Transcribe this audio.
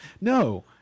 No